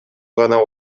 гана